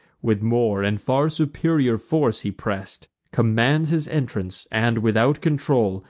with more and far superior force he press'd commands his entrance, and, without control,